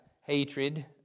hatred